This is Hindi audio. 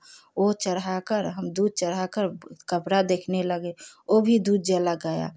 वह चढ़ाकर हम दूध चढ़ाकर कपड़ा देखने लगे वह भी दूध जल गया